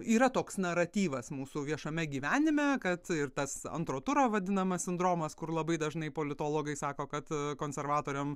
yra toks naratyvas mūsų viešame gyvenime kad ir tas antro turo vadinamas sindromas kur labai dažnai politologai sako kad konservatoriam